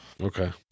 okay